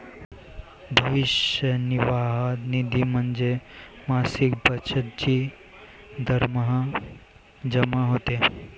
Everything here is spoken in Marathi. भविष्य निर्वाह निधी म्हणजे मासिक बचत जी दरमहा जमा होते